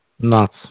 Nuts